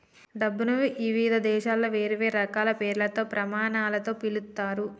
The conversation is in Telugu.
డబ్బుని ఇవిధ దేశాలలో వేర్వేరు రకాల పేర్లతో, ప్రమాణాలతో పిలుత్తారు